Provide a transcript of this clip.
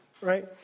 Right